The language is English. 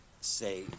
say